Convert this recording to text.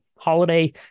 Holiday